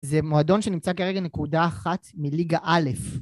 זה מועדון שנמצא כרגע, נקודה אחת מליגה א'